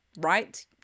right